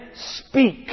speak